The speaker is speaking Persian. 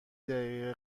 دقیقه